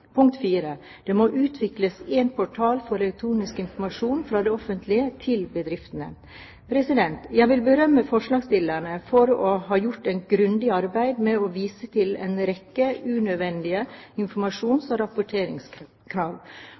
Det må utvikles én portal for elektronisk informasjon fra det offentlige til bedriftene. Jeg vil berømme forslagsstillerne for å ha gjort et grundig arbeid med å vise til en rekke unødvendige informasjons- og rapporteringskrav,